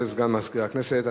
תודה לסגן מזכירת הכנסת.